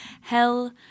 hell